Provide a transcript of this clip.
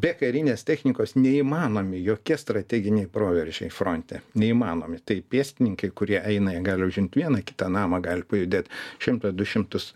be karinės technikos neįmanomi jokie strateginiai proveržiai fronte neįmanomi tai pėstininkai kurie eina jie gali užimt vieną kitą namą gali pajudėt šimtą du šimtus